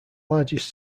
largest